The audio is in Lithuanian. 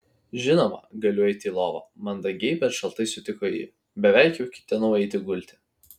žinoma galiu eiti į lovą mandagiai bet šaltai sutiko ji beveik jau ketinau eiti gulti